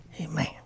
Amen